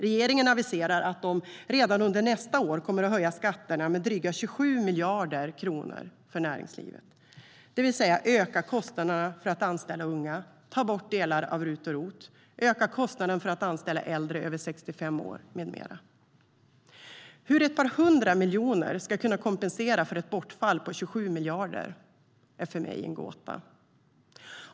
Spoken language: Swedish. Regeringen aviserar att de redan under nästa år kommer att höja skatterna med dryga 27 miljarder kronor för näringslivet, det vill säga öka kostnaderna för att anställa unga, ta bort delar av RUT och ROT, öka kostnaden för att anställa äldre över 65 år med mera. Hur ett par hundra miljoner ska kunna kompensera för ett bortfall på 27 miljarder är för mig en gåta.